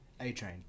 A-Train